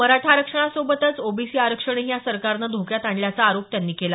मराठा आरक्षणासोबतच ओबीसी आरक्षणही या सरकारनं धोक्यात आणल्याचा आरोप त्यांनी केला